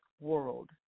world